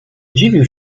dziwił